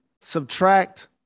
subtract